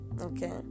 okay